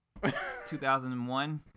2001